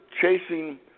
chasing